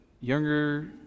younger